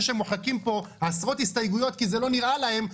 שמוחקים פה עשרות הסתייגויות כי זה לא נראה להם,